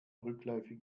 rückläufig